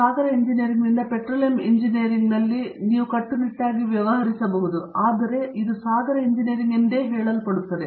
ಸಾಗರ ಎಂಜಿನಿಯರಿಂಗ್ನಿಂದ ಪೆಟ್ರೋಲಿಯಂ ಇಂಜಿನಿಯರಿಂಗ್ನಲ್ಲಿ ನೀವು ಕಟ್ಟುನಿಟ್ಟಾಗಿ ವ್ಯವಹರಿಸಬಹುದು ಆದರೆ ಇದು ಸಾಗರ ಎಂಜಿನಿಯರಿಂಗ್ ಎಂದೇ ಹೇಳುತ್ತದೆ